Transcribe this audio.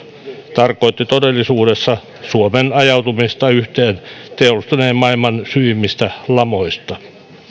tarkoitti todellisuudessa suomen ajautumista yhteen teollistuneen maailman syvimmistä lamoista